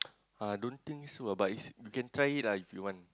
uh don't think so ah but is you can try it lah if you want